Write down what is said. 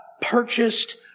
purchased